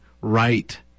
right